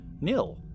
nil